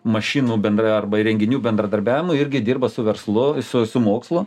mašinų bendra arba įrenginių bendradarbiavimui irgi dirba su verslu su su mokslu